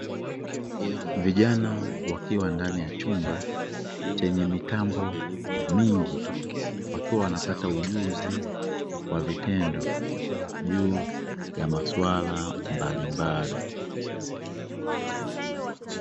Vijana wakiwa ndani ya chumba chenye mitambo mingi, wakiwa wanapata ujuzi wa vitendo juu ya masuala mbalimbali.